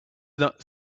not